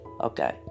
okay